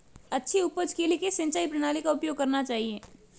अच्छी उपज के लिए किस सिंचाई प्रणाली का उपयोग करना चाहिए?